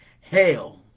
Hell